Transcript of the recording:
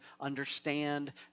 understand